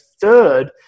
third